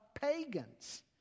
pagans